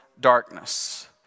darkness